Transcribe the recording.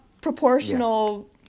proportional